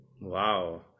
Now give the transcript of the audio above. Wow